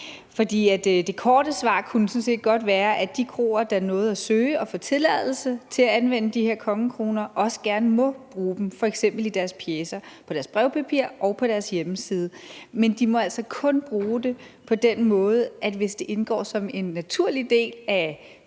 For det korte svar kunne sådan set godt være, at de kroer, der nåede at søge og få tilladelse til at anvende de her kongekroner, også gerne må bruge dem, f.eks. i deres pjecer, på deres brevpapir og på deres hjemmeside. Men de må altså kun bruge det på den måde, hvis det indgår som en naturlig del af